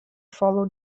follow